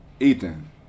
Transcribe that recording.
Ethan